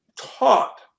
taught